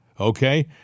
okay